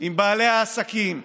עם בעלי העסקים,